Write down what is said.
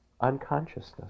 unconsciousness